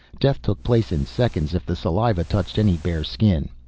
death took place in seconds if the saliva touched any bare skin.